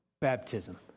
baptism